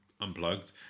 unplugged